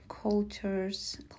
cultures